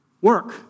work